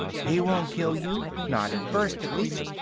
he won't kill you. not at first, at least.